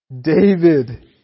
David